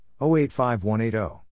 085180